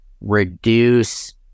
reduce